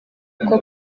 uko